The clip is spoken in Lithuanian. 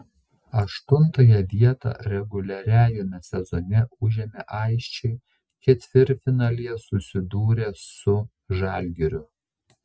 aštuntąją vietą reguliariajame sezone užėmę aisčiai ketvirtfinalyje susidūrė su žalgiriu